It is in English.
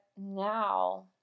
now